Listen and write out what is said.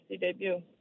debut